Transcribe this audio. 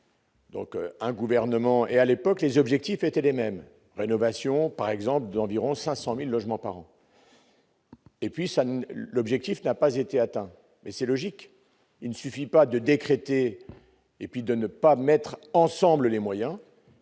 Donc, un gouvernement et à l'époque, les objectifs étaient les mêmes rénovation par exemple d'environ 500000 logements par an. Et puis ça l'objectif n'a pas été atteint mais c'est logique, il ne suffit pas de décréter et puis de ne pas mettre ensemble les moyens,